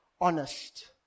honest